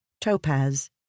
topaz